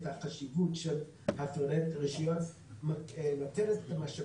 החשיבות של הפרדת רשויות ונותנת את המשאבים.